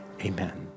amen